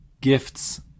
gifts